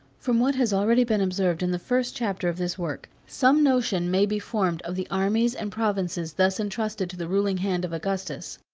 from what has already been observed in the first chapter of this work, some notion may be formed of the armies and provinces thus intrusted to the ruling hand of augustus.